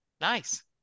nice